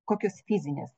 kokios fizinės